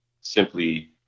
simply